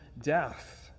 death